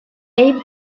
abe